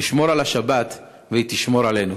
נשמור על השבת, והיא תשמור עלינו.